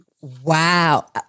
Wow